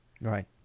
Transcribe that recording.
Right